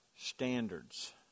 Standards